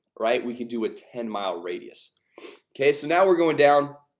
right we can do a ten mile radius okay, so now we're going down